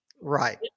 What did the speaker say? right